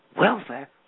welfare